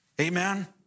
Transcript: Amen